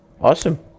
awesome